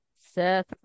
Seth